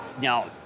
Now